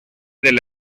del